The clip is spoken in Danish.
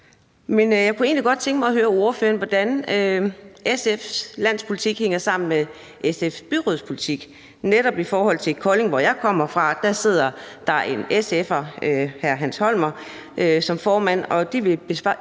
egentlig godt tænke mig at høre ordføreren, hvordan SF's landspolitik hænger sammen med SF's byrådspolitik. Netop i Kolding, hvor jeg kommer fra, sidder der en SF'er, hr. Hans Holmer, som formand, og de vil lave